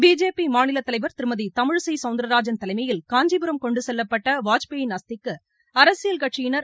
BJP மாநிலத்தலைவர் திருமதி தமிழிசை சௌந்தரராஜன் தலைமையில் காஞ்சிபுரம் கொண்டு செல்லப்பட்ட வாஜ்பாயின் அஸ்திக்கு அரசியல் கட்சியினர்